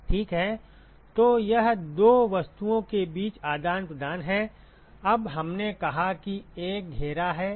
ठीक है तो यह दो वस्तुओं के बीच आदान प्रदान है अब हमने कहा कि एक घेरा है